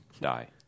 die